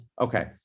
Okay